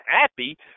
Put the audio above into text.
happy